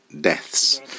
deaths